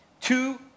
two